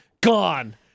Gone